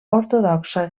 ortodoxa